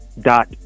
dot